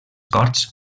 corts